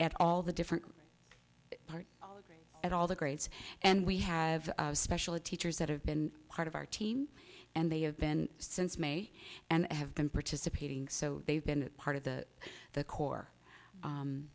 at all the different part at all the grades and we have special ed teachers that have been part of our team and they have been since may and have been participating so they've been a part of the the core